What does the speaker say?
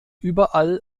überall